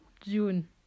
june